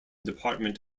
department